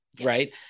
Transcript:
Right